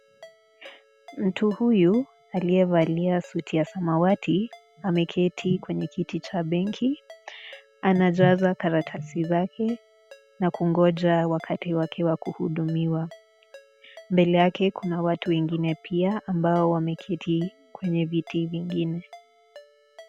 Mtu huyu aliyevalia suti ya samawati, ameketi kwenye kiti cha benki, anajaza karatasi zake na kungoja wakati wake wa kuhudumiwa. Mbele yake kuna watu wengine pia ambao wameketi kwenye viti vingine.